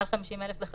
אז